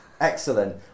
Excellent